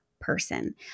person